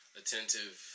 attentive